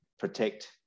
protect